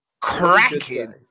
cracking